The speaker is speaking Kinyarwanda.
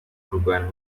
kurwana